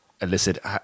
illicit